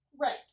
Right